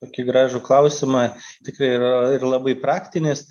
tokį gražų klausimą tikrai yra ir labai praktinis